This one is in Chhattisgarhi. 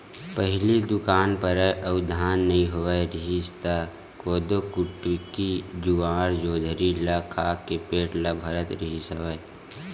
पहिली दुकाल परय अउ धान नइ होवत रिहिस त कोदो, कुटकी, जुवाड़, जोंधरी ल खा के पेट ल भरत रिहिस हवय